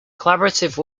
collaborative